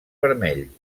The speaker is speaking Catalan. vermells